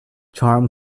charm